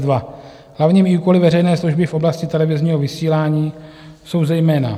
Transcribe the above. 2: Hlavními úkoly veřejné služby v oblasti televizního vysílání jsou zejména